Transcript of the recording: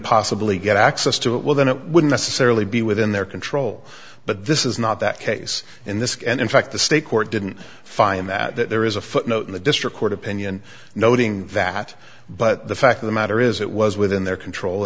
possibly get access to it well then it would necessarily be within their control but this is not that case in this case and in fact the state court didn't find that there is a footnote in the district court opinion noting that but the fact of the matter is it was within their control